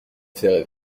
fait